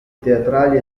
teatrali